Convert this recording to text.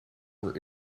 were